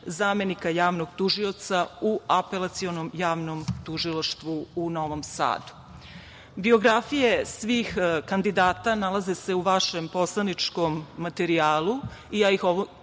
zamenika javnog tužioca u Apelacionom javnom tužilaštvu u Novom Sadu. Biografije svih kandidata nalaze se u vašem poslaničkom materijalu.